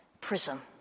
prism